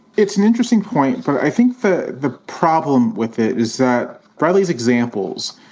it's an interesting point. but i think the the problem with it is that bradley's examples